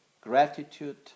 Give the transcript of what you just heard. gratitude